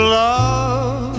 love